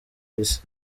isi